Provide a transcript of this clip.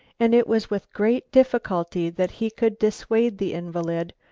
and it was with great difficulty that he could dissuade the invalid,